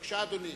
בבקשה, אדוני.